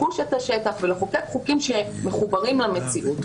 לחוש את השטח ולחוקק חוקים שמחוברים למציאות.